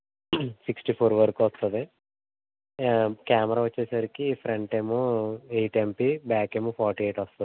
sixty four వరకు వస్తుంది camera వచ్చేసరికి ఫ్రంట్ ఏమో ఎయిట్ ఎంపీ బ్యాక్ ఏమో ఫార్టీ ఎయిట్ వస్తుంది